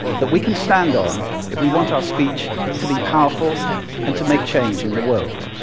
that we can stand on if we want our speech to be powerful and to make change in the world.